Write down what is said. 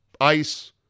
Ice